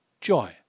Joy